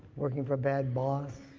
working for a bad boss,